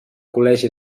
col·legi